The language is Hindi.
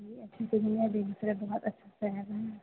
जी अच्छे से घूमिए बेगुसराय बहुत अच्छा शहर है